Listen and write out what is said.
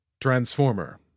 Transformer